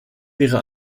wäre